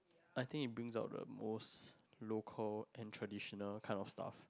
I think it's bring up the most local and traditional kind of stuff